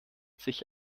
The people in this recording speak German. sich